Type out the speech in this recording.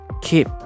keep